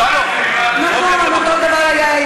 זה שוק מחנה-יהודה הפך